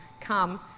come